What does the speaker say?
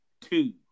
two